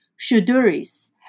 Shuduris